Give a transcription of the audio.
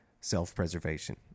self-preservation